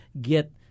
get